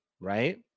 right